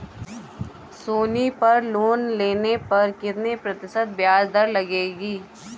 सोनी पर लोन लेने पर कितने प्रतिशत ब्याज दर लगेगी?